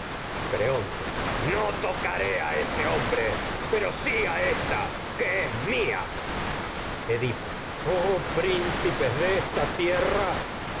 ese creonte no tocaré hombre pero si a ésta que es mía edipo oh príncipes de esta tierra